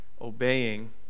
obeying